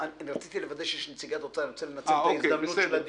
אני רוצה לנצל את ההזדמנות שאנחנו מקיימים